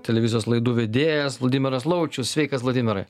televizijos laidų vedėjas vladimiras laučius sveikas vladimirai